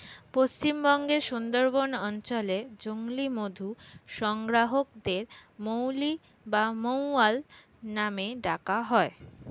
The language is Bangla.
পশ্চিমবঙ্গের সুন্দরবন অঞ্চলে জংলী মধু সংগ্রাহকদের মৌলি বা মৌয়াল নামে ডাকা হয়